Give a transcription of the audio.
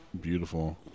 beautiful